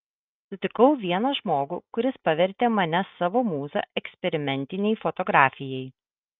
sutikau vieną žmogų kuris pavertė mane savo mūza eksperimentinei fotografijai